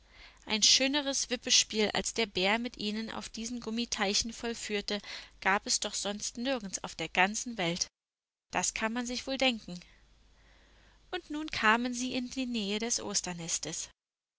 ein schöneres wippespiel als der bär mit ihnen auf diesen gummiteichen vollführte gab es doch sonst nirgends auf der ganzen welt das kann man sich wohl denken und nun kamen sie in die nähe des osternestes